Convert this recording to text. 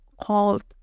called